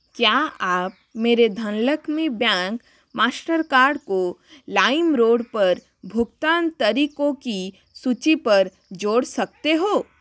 क्या आप मेरे धनलक्ष्मी बैंक मास्टर कार्ड को लाइमरोड पर भुगतान तरीकों की सूची पर जोड़ सकते हो